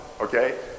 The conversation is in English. okay